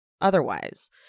otherwise